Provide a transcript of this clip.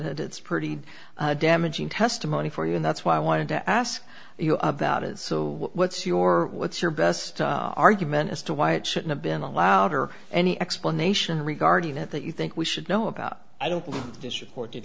that it's pretty damaging testimony for you and that's why i wanted to ask you about it so what's your what's your best argument as to why it should have been allowed or any explanation regarding that that you think we should know about i don't this report